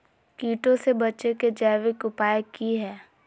कीटों से बचे के जैविक उपाय की हैय?